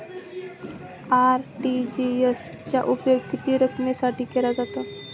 RTGS चा उपयोग किती रकमेसाठी केला जातो?